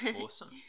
Awesome